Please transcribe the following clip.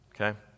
okay